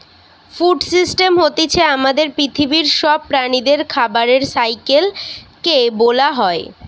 food system হতিছে আমাদের পৃথিবীর সব প্রাণীদের খাবারের সাইকেল কে বোলা হয়